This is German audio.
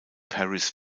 paris